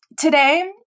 Today